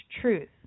truth